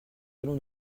allons